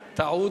טעות.